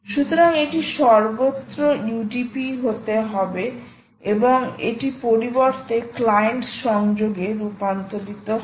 সুতরাং এটি সর্বত্র ইউডিপি হতে হবে এবং এটি পরিবর্তে ক্লায়েন্ট সংযোগ এ রূপান্তরিত হয়